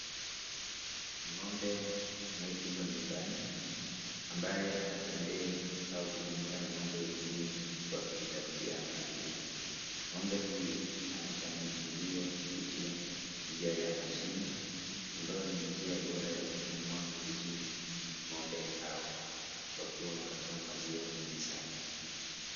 Ng'ombe anayefugwa nyumbani ambaye hatembei au kujumuika na ngombe wengine kwa kujitafutia malisho. Ng'ombe huyu anakamuliwa kupitia njia ya mashine ambayo ni njia bora ya kukamua vizuri ng'ombe hawa wakuwe wanatoa maziwa nyingi sana.